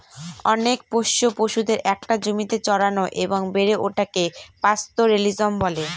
অনেক পোষ্য পশুদের একটা জমিতে চড়ানো এবং বেড়ে ওঠাকে পাস্তোরেলিজম বলে